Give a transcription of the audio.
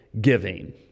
giving